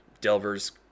Delver's